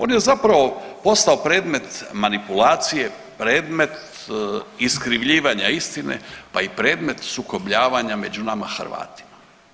On je zapravo postao predmet manipulacije, predmet iskrivljivanja istine pa i predmet sukobljavanja među nama Hrvatima.